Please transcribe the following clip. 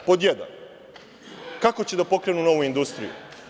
Pod jedan – kako će da pokrenu novu industriju?